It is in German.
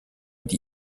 die